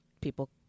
people